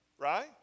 Right